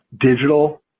digital